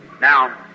Now